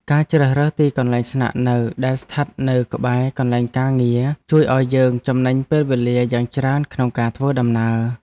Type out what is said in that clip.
ការជ្រើសរើសទីកន្លែងស្នាក់នៅដែលស្ថិតនៅក្បែរ កន្លែងការងារជួយឱ្យយើងចំណេញពេលវេលាយ៉ាងច្រើនក្នុងការធ្វើដំណើរ។